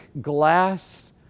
glass